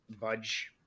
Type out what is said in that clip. budge